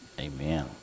Amen